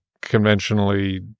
conventionally